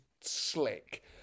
slick